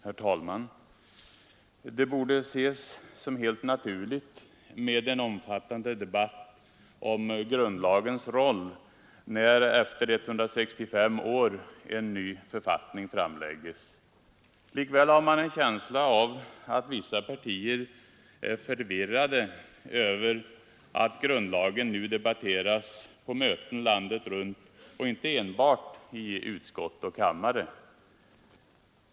Herr talman! Det borde ses som helt naturligt med en omfattande debatt om grundlagens roll när efter 165 år en ny författning framläggs. Likväl har man en känsla av att vissa partier är förvirrade över att grundlagen nu debatteras på möten landet runt och inte enbart i utskott och kammare.